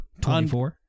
24